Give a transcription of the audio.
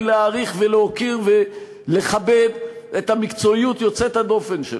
להעריך ולהוקיר ולכבד את המקצועיות יוצאת הדופן שלו,